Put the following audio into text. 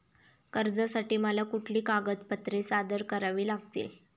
कर्जासाठी मला कुठली कागदपत्रे सादर करावी लागतील?